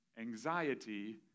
anxiety